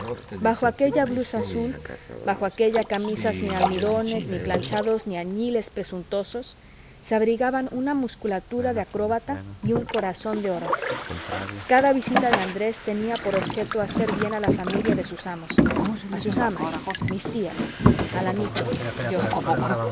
bajo aquella blusa azul bajo aquella camisa sin almidones ni planchados ni añiles presuntuosos se abrigaban una musculatura de acróbata y un corazón de oro cada visita de andrés tenía por objeto hacer bien a la familia de sus amos a sus amas mis tías al amito yo